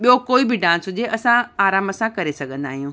ॿियो कोई बि डांस हुजे असां आराम सां करे सघंदा आहियूं